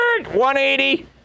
180